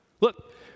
Look